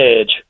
edge